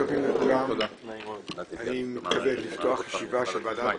אני מתכבד לפתוח את ישיבת ועדת